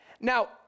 Now